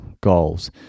goals